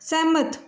ਸਹਿਮਤ